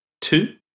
two